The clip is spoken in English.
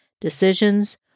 decisions